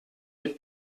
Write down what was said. mit